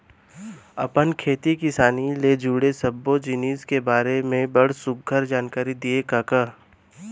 अपन खेती किसानी ले जुड़े सब्बो जिनिस के बारे म बड़ सुग्घर जानकारी दिए कका